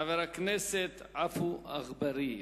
חבר הכנסת עפו אגבאריה.